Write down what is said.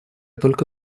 только